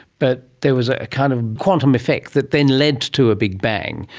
but there was ah a kind of quantum effect that then led to a big bang.